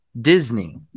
disney